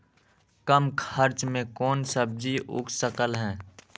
कम खर्च मे कौन सब्जी उग सकल ह?